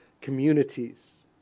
communities